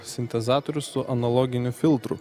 sintezatorius su analoginiu filtru